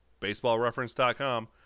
baseballreference.com